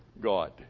god